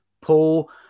Paul